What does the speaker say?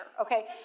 okay